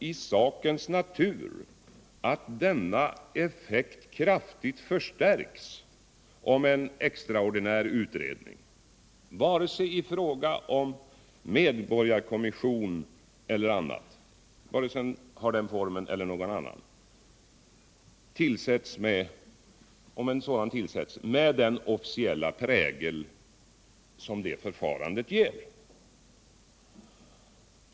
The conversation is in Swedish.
i sakens natur att denna effekt kraftigt förstärks om det tillsätts en extraordinär utredning —- vare sig den har formen av en medborgarkommission eller någonting annat — med den officiella prägel som det förfarandet har.